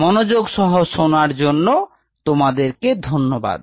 মনোযোগ সহ শোনার জন্য তোমাদেরকে ধন্যবাদ